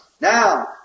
Now